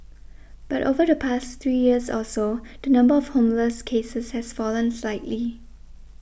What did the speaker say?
but over the past three years or so the number of homeless cases has fallen slightly